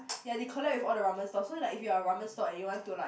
ya they collab with all the ramen stores so if you are a ramen store and you want to like